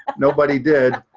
nobody did.